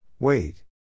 Wait